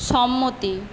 সম্মতি